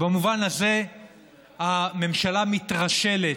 במובן הזה הממשלה מתרשלת.